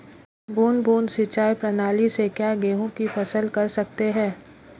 बूंद बूंद सिंचाई प्रणाली से क्या गेहूँ की फसल कर सकते हैं?